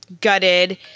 Gutted